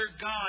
God